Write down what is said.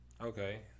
Okay